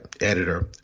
editor